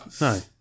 No